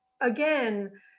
again